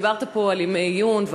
דיברת פה על ימי עיון,